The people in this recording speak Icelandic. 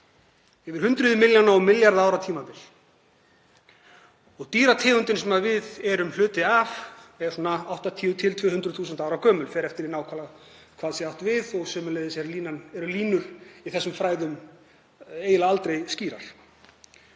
yfir hundruð milljóna og milljarða ára tímabil og dýrategundin sem við erum hluti af er svona 80.000–200.000 ára gömul, það fer eftir því hvað nákvæmlega er átt við og sömuleiðis eru línur í þessum fræðum eiginlega aldrei skýrar.